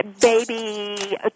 baby